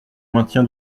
maintien